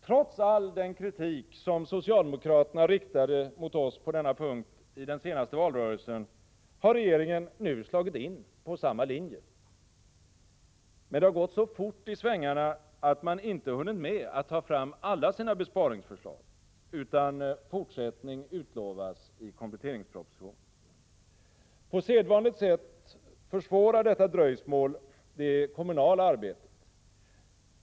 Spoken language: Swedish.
Trots all den kritik som socialdemokraterna riktade mot oss på denna punkt i den senaste valrörelsen, har regeringen nu slagit in på samma linje. Men det har gått så fort i svängarna att man inte hunnit med att ta fram alla sina besparingsförslag, utan fortsättning utlovas i kompletteringspropositionen. På sedvanligt sätt försvårar detta dröjsmål det kommunala arbetet.